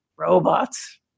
Robots